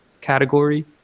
category